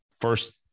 First